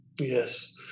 yes